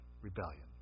rebellion